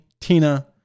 Tina